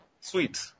sweet